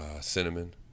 cinnamon